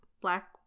black